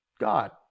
God